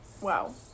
Wow